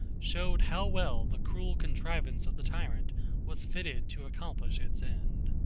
showed how well the cruel contrivance of the tyrant was fitted to accomplish its end.